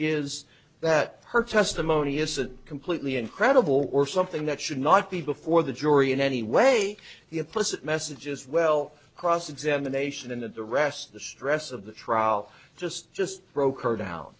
is that her testimony isn't completely incredible or something that should not be before the jury in any way the implicit message as well cross examination and the rest of the stress of the trial just just broke her down